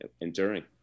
enduring